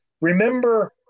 remember